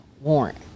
warrant